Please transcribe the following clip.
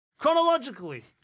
chronologically